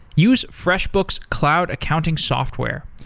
use freshbooks cloud accounting software.